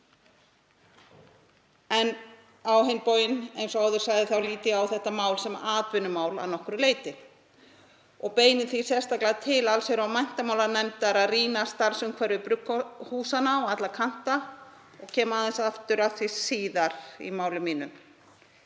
En á hinn bóginn, eins og áður sagði, lít ég á þetta mál sem atvinnumál að nokkru leyti og beini því sérstaklega til allsherjar- og menntamálanefndar að rýna starfsumhverfi brugghúsanna á alla kanta og kem aðeins aftur að því síðar í máli mínu.